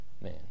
man